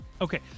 Okay